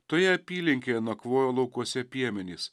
toje apylinkėje nakvojo laukuose piemenys